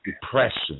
depression